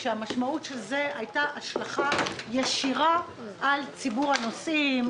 כשהמשמעות של זה הייתה השלכה ישירה על ציבור הנוסעים,